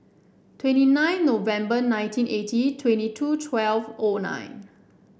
twenty nine November nineteen eighty twenty two twelve O nine